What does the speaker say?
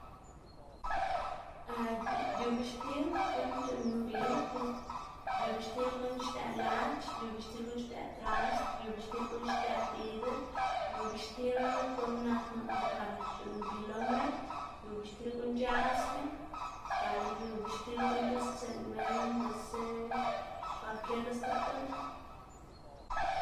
yu bixtil guꞌn c̲h̲uꞌnn mbi, yu bixtil guꞌn xdëꞌ lac̲h̲, yu bixtil guꞌn xdëꞌ trasd, yu bixtil guꞌn xdëꞌ bidr, yu bixtil guꞌn nak noꞌnda par c̲h̲uꞌnn mbi loma, yu bixtil guꞌn c̲h̲asma gana yu bixtil guꞌn c̲h̲uꞌnnstsiꞌn minn biꞌltsa kwalkier lo stib guꞌn